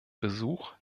besuch